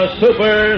super